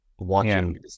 watching